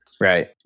Right